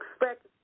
Expect